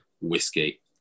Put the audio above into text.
whiskey